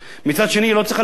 היא לא צריכה להטיל על הציבור,